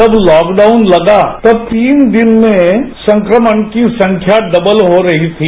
जब लॉकडाउन लगा तब तीन दिन में संक्रमण की संख्या डबल हो रही थी